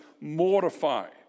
mortified